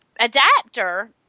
adapter